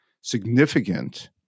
significant